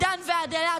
מדן ועד אילת.